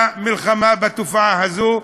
במלחמה בתופעה הזאת.